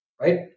right